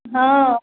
हाँ